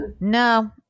No